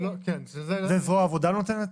את זה זרוע העבודה נותנת?